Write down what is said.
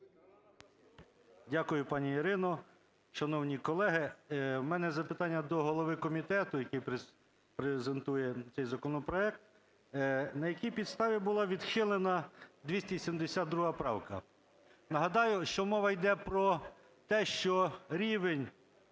Дякую, пані Ірина. Шановні колеги, в мене запитання до голови комітету, який презентує цей законопроект. На якій підставі була відхилена 272 правка? Нагадаю, що мова іде про те, що рівень